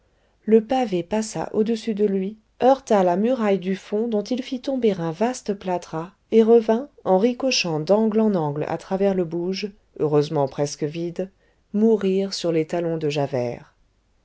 le pavé passa au-dessus de lui heurta la muraille du fond dont il fit tomber un vaste plâtras et revint en ricochant d'angle en angle à travers le bouge heureusement presque vide mourir sur les talons de javert